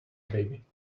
baby